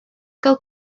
gael